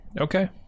Okay